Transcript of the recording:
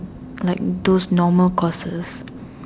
like those normal courses